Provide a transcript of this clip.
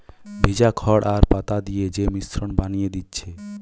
ভিজা খড় আর পাতা দিয়ে যে মিশ্রণ বানিয়ে দিচ্ছে